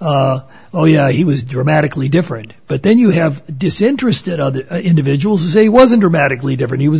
oh yeah he was dramatically different but then you have disinterested other individuals they wasn't or magically different he was